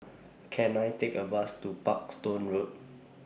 Can I Take A Bus to Parkstone Road